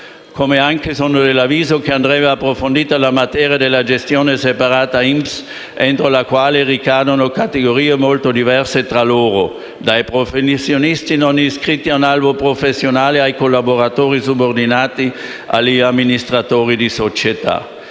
modo, sono dell’avviso che andrebbe approfondita la materia della gestione separata INPS entro la quale ricadono categorie molto diverse tra loro (dai professionisti non iscritti a un albo professionale ai collaboratori subordinati, agli amministratori di società).